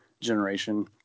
generation